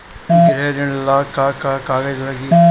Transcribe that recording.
गृह ऋण ला का का कागज लागी?